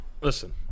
listen